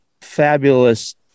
fabulous